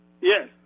Yes